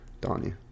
Donnie